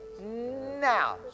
now